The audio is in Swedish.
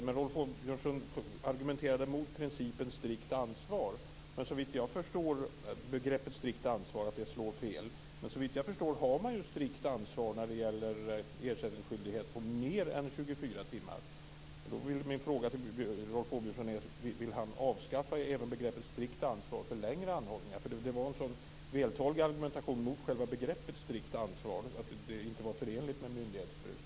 Rolf Åbjörnsson argumenterade mot begreppet strikt ansvar och sade att det slår fel. Men såvitt jag förstår har man strikt ansvar när det gäller ersättningsskyldighet på mer än 24 timmar. Då blir min fråga till Rolf Åbjörnsson: Vill han avskaffa begreppet strikt ansvar även för längre anhållningar? Det var nämligen en sådan vältalig argumentation mot själva begreppet strikt ansvar, om att det inte var förenligt med myndighetsbruk.